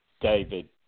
David